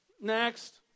next